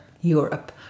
Europe